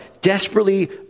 desperately